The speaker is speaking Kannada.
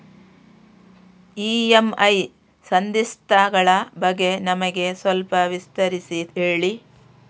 ಇ.ಎಂ.ಐ ಸಂಧಿಸ್ತ ಗಳ ಬಗ್ಗೆ ನಮಗೆ ಸ್ವಲ್ಪ ವಿಸ್ತರಿಸಿ ಹೇಳಿ